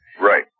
Right